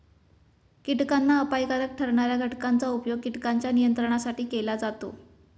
कीटकांना अपायकारक ठरणार्या घटकांचा उपयोग कीटकांच्या नियंत्रणासाठी केला जातो